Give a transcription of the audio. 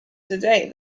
today